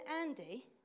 Andy